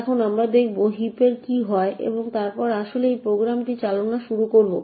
এখন আমরা দেখব হিপের কী হয় এবং আমরা আসলে এই প্রোগ্রামটি চালানো শুরু করবো